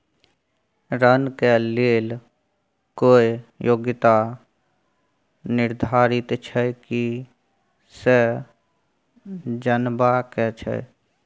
ऋण के लेल कोई योग्यता निर्धारित छै की से जनबा के छै?